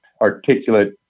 articulate